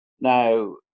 Now